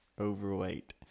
Overweight